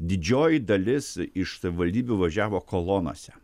didžioji dalis iš savivaldybių važiavo kolonose